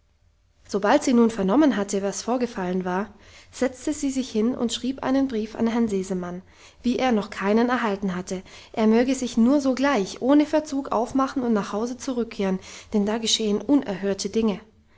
sobald sie nun vernommen hatte was vorgefallen war setzte sie sich hin und schrieb einen brief an herrn sesemann wie er noch keinen erhalten hatte er möge sich nur sogleich ohne verzug aufmachen und nach hause zurückkehren denn da geschähen unerhörte dinge